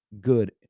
good